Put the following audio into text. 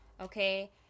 okay